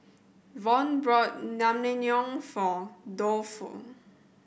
Von bought Naengmyeon for Tofu